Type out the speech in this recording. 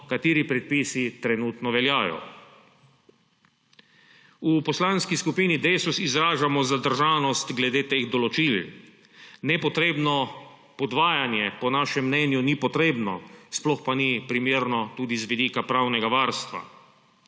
kateri predpisi trenutno veljajo. V Poslanski skupini Desus izražamo zadržanost glede teh določil. Nepotrebno podvajanje po našem mnenju ni potrebno, sploh pa ni primerno tudi z vidika pravnega varstva.